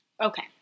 Okay